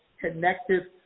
connected